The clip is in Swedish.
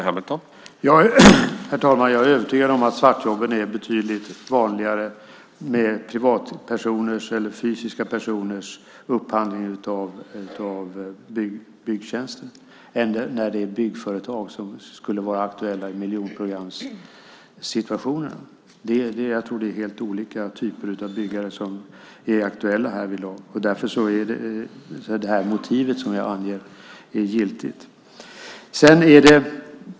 Herr talman! Jag är övertygad om att svartjobben är betydligt vanligare när fysiska personer upphandlar byggtjänster än när byggföretag, som skulle vara aktuella när det gäller miljonprogramsområdena, gör det. Jag tror att det är helt olika typer av byggare som är aktuella härvidlag. Därför är det motiv som jag anger giltigt.